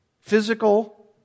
physical